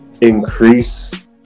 increase